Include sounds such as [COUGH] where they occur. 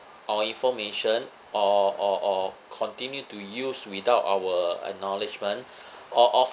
our information or or or continue to use without our acknowledgement [BREATH] or often